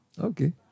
Okay